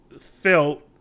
felt